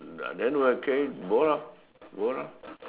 then will case bo lor bo lor